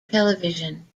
television